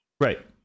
right